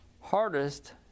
hardest